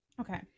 Okay